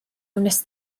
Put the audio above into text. wnest